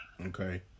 Okay